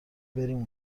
بریم